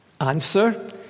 Answer